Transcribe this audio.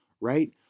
right